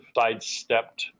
sidestepped